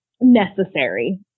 necessary